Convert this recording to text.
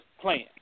plan